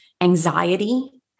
anxiety